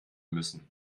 müssen